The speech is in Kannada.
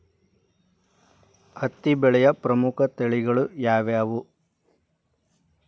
ಹತ್ತಿ ಬೆಳೆಯ ಪ್ರಮುಖ ತಳಿಗಳು ಯಾವ್ಯಾವು?